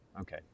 Okay